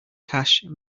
cache